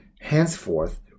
henceforth